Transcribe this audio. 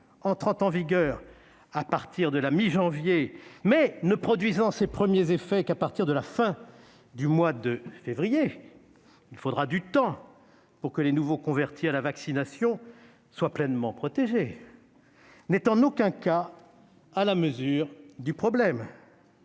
entrera en vigueur à partir de la mi-janvier, mais ne produira ses premiers effets qu'à partir de la fin du mois de février- il faudra du temps pour que les nouveaux convertis à la vaccination soient pleinement protégés -n'est en aucun cas à la hauteur du problème.